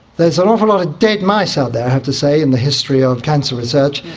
there's an awful lot of dead mice out there i have to say in the history of cancer research,